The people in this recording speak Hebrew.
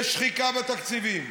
יש שחיקה בתקציבים,